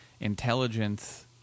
intelligence